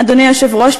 אדוני היושב-ראש,